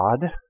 God